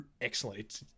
excellent